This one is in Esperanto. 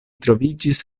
troviĝis